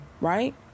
right